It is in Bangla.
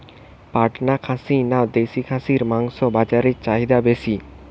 পাটনা খাসি না দেশী খাসির মাংস বাজারে চাহিদা বেশি?